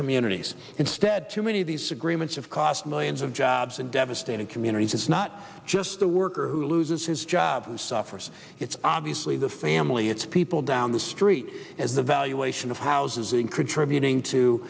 communities instead too many of these agreements of cost millions of jobs and devastated communities it's not just the worker who loses his job suffers it's obviously the family it's people down the street as the valuation of housing contributing to